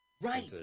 Right